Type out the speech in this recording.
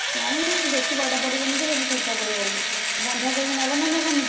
ନାହିଁ ବେଶୀ ବଡ଼ ପଡ଼ିବନି କି ଛୋଟ ପଡ଼ିବନି ବନ୍ଧାକୋବି ନବ ନା ନବନି